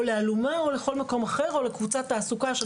או לאלומה, או לכל מקום אחר, או לקבוצת תעסוקה.